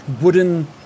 wooden